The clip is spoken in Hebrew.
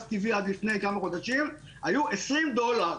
טבעי עד לפני כמה חודשים היו 20 דולר,